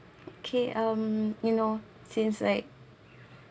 okay um you know since like